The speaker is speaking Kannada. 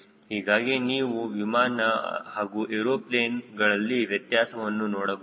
ಹೀಗಾಗಿ ನೀವು ವಿಮಾನ ಹಾಗೂ ಏರೋಪ್ಲೇನ್ಗಳಲ್ಲಿ ವ್ಯತ್ಯಾಸವನ್ನು ನೋಡಬಹುದು